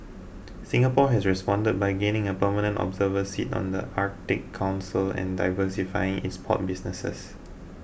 Singapore has responded by gaining a permanent observer seat on the Arctic Council and diversifying its port businesses